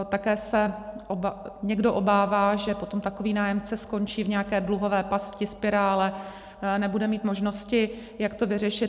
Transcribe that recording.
Také se někdo obává, že potom takový nájemce skončí v nějaké dluhové pasti, spirále, nebude mít možnosti, jak to vyřešit.